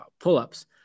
pull-ups